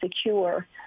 secure